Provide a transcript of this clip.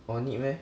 orh need meh